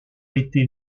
été